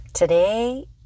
today